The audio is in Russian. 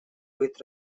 быть